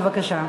בבקשה.